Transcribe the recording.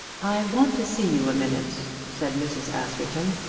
i want to see you a minute, said mrs. askerton,